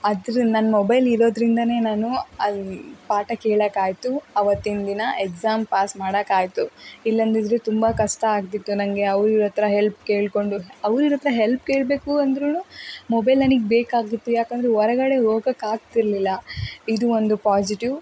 ಅದರ ನನ್ನ ಮೊಬೈಲ್ ಇರೋದ್ರಿಂದಾನೆ ನಾನು ಅಲ್ಲಿ ಪಾಠ ಕೇಳೋಕಾಯ್ತು ಅವತ್ತಿನ ದಿನ ಎಕ್ಸಾಮ್ ಪಾಸ್ ಮಾಡೋಕಾಯ್ತು ಇಲ್ಲಂದಿದ್ದರೆ ತುಂಬ ಕಷ್ಟ ಆಗ್ತಿತ್ತು ನನಗೆ ಅವರ ಇವರ ಹತ್ತಿರ ಹೆಲ್ಪ್ ಕೇಳಿಕೊಂಡು ಅವರ ಇವರ ಹತ್ತಿರ ಹೆಲ್ಪ್ ಕೇಳಬೇಕು ಅಂದ್ರೂ ಮೊಬೈಲ್ ನನಗೆ ಬೇಕಾಗಿತ್ತು ಯಾಕಂದರೆ ಹೊರಗಡೆ ಹೋಗಕ್ಕೆ ಆಗ್ತಿರ್ಲಿಲ್ಲ ಇದು ಒಂದು ಪಾಸಿಟಿವ್